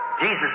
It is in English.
Jesus